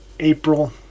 April